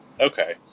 Okay